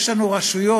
יש לנו רשויות,